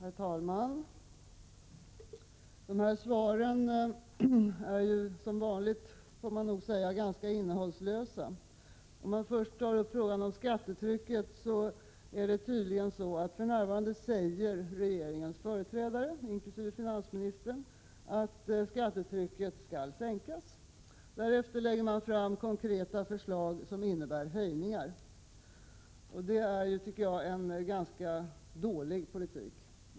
Herr talman! De här svaren är ju som vanligt, får man nog säga, ganska innehållslösa. När det först gäller frågan om skattetrycket är det tydligen så att regeringens företrädare inkl. finansministern för närvarande säger att skattetrycket skall sänkas. Därefter lägger man fram konkreta förslag som innebär höjningar. Det är, tycker jag, en ganska dålig politik.